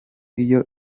iyo